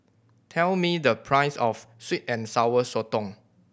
tell me the price of sweet and Sour Sotong